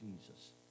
Jesus